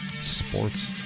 Sports